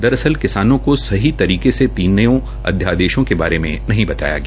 दरअसल किसानों को सही तरीके से तीनों अध्यादेशों के बारे में नहीं बताया गया